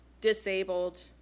disabled